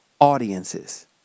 audiences